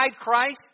Christ